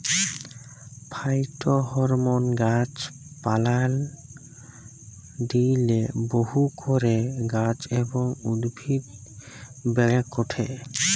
phytohormone গাছ পালায় দিইলে বহু করে গাছ এবং উদ্ভিদ বেড়েক ওঠে